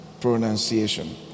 pronunciation